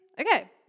Okay